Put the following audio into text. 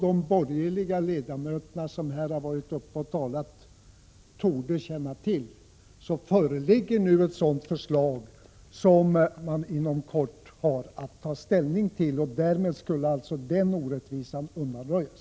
De borgerliga ledamöter som varit uppe och talat här i dag torde känna till att det föreligger ett sådant förslag som vi inom kort har att ta ställning till. Därmed skulle alltså denna orättvisa undanröjas.